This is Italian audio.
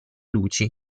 luci